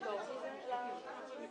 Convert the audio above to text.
בשעה 11:29.